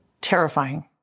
terrifying